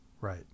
Right